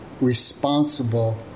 responsible